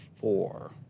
four